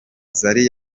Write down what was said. zari